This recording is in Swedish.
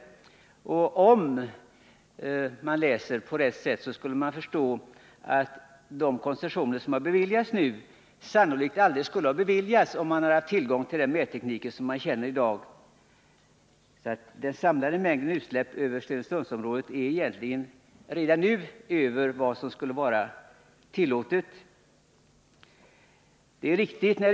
Läser man på rätt sätt förstår man att de koncessioner som nu beviljats sannolikt aldrig skulle ha beviljats, om man hade haft tillgång till dagens mätteknik. Den samlade mängden utsläpp i Stenungsundsområdet är egentligen redan nu större än vad som borde vara tillåtet.